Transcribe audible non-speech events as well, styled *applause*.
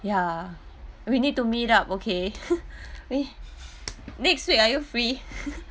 ya we need to meet up okay *laughs* eh next week are you free *laughs*